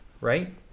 right